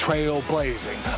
Trailblazing